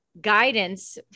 guidance